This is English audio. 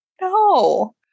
No